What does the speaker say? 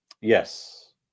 Yes